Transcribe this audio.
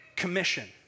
commission